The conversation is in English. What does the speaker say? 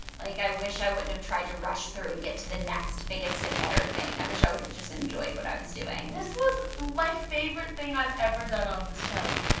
like i wish i wouldn't have tried to rush through and get to the next biggest and better thing. i wish i would've just enjoyed what i was doing. this was my favorite thing i've ever done on this channel.